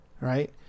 right